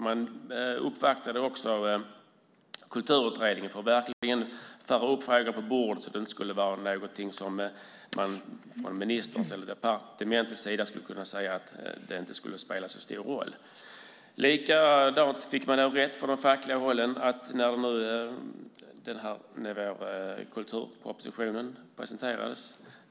De uppvaktade Kulturutredningen för att verkligen föra upp frågan på bordet, så att man inte från ministerns eller departementets sida skulle kunna säga att det inte skulle spela så stor roll. Likadant fick de rätt från fackligt håll när kulturpropositionen presenterades.